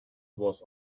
was